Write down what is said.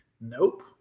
Nope